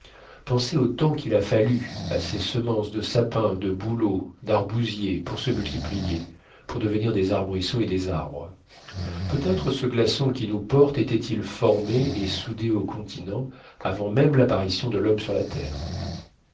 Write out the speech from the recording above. pensez au temps qu'il a fallu à ces semences de sapins de bouleaux d'arbousiers pour se multiplier pour devenir des arbrisseaux et des arbres peut-être ce glaçon qui nous porte était-il formé et soudé au continent avant même l'apparition de l'homme sur la terre